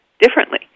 differently